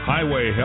Highway